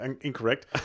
incorrect